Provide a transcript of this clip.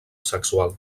sexual